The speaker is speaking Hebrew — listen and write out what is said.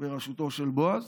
בראשותו של בועז,